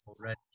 already